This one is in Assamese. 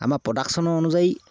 আমাৰ প্ৰডাকশ্যনৰ অনুযায়ী